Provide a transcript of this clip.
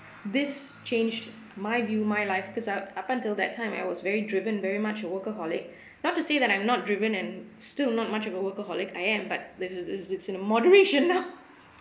this changed my view my life because up up until that time I was very driven very much a workaholic not to say that I'm not driven and still not much of a workaholic I am but it's in is it's in a moderation now